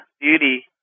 beauty